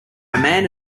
man